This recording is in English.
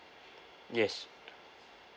yes